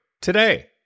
today